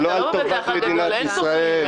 לא על טובת מדינת ישראל.